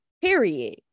Period